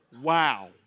Wow